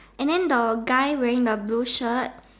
and then the guy wearing the blue shirt